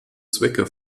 zwecke